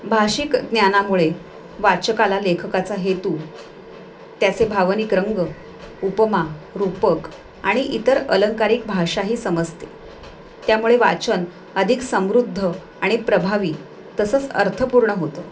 भाषिक ज्ञानामुळे वाचकाला लेखकाचा हेतू त्याचे भावनिक रंग उपमा रूपक आणि इतर अलंकारिक भाषा ही समजते त्यामुळे वाचन अधिक समृद्ध आणि प्रभावी तसंच अर्थपूर्ण होतं